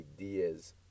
ideas